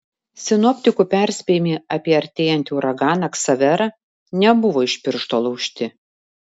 sinoptikų perspėjimai apie artėjantį uraganą ksaverą nebuvo iš piršto laužti